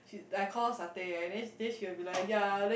she's I call satay right then then she will be like ya then